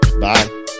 Bye